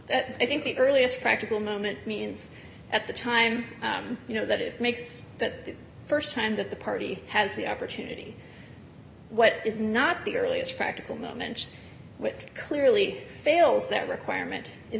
that i think the earliest practical moment means at the time you know that it makes that the st time that the party has the opportunity what is not the earliest practical moment which clearly fails that requirement is